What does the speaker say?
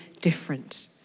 different